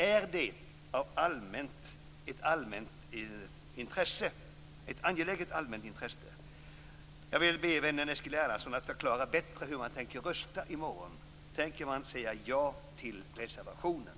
Är det ett angeläget allmänt intresse? Jag vill be vännen Eskil Erlandsson att bättre förklara hur man tänker rösta i morgon? Tänker man säga ja till reservationen?